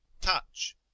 Touch